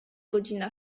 godzina